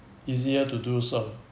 easier to do so